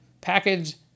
package